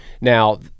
now